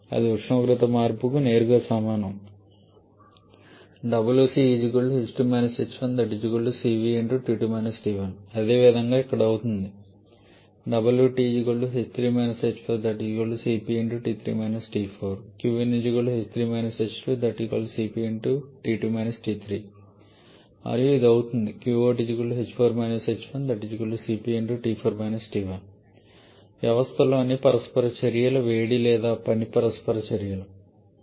అది ఉష్ణోగ్రత మార్పుకు నేరుగా సమానం అదేవిధంగా ఇది అవుతుంది మరియు ఇది అవుతుంది వ్యవస్థలో ని పరస్పర చర్యల వేడి లేదా పని పరస్పర చర్యలు ఇవి